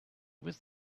with